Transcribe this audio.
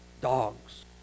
Dogs